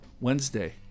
Wednesday